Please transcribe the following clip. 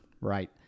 right